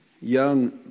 Young